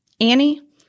Annie